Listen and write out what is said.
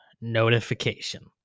notification